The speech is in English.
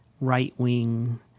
right-wing